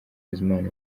bizimana